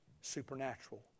supernatural